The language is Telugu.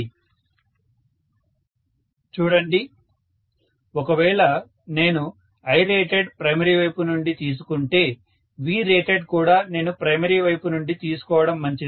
ప్రొఫెసర్ స్టూడెంట్ సంభాషణ మొదలవుతుంది ప్రొఫెసర్ చూడండి ఒకవేళ నేను Irated ప్రైమరీ వైపు నుండి తీసుకుంటుంటే Vrated కూడా నేను ప్రైమరీ వైపు నుండి తీసుకోవడం మంచిది